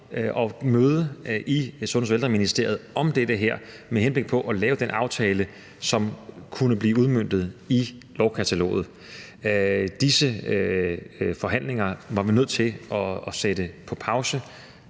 og møde i Sundheds- og Ældreministeriet om det her med henblik på at lave den aftale, som kunne blive udmøntet i lovkataloget. Disse forhandlinger var vi nødt til at sætte på pause,